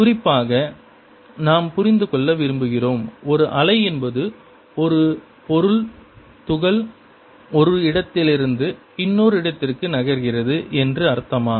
குறிப்பாக நாம் புரிந்து கொள்ள விரும்புகிறோம் ஒரு அலை என்பது ஒரு பொருள் துகள் ஒரு இடத்திலிருந்து இன்னொரு இடத்திற்கு நகர்கிறது என்று அர்த்தமா